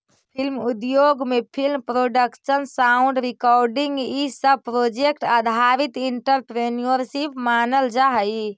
film उद्योग में film production sound recording इ सब प्रोजेक्ट आधारित एंटरप्रेन्योरशिप मानल जा हई